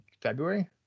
February